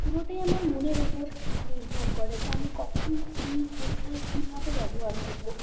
পুরোটাই আমার মনের উপর নির্ভর করে যে আমি কখন কী কোথায় কীভাবে ব্যবহার করব